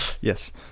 Yes